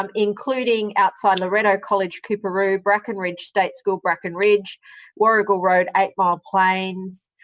um including outside loreto college, coorparoo bracken ridge state school, bracken ridge warrigal road, eight mile plains,